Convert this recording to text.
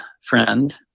friend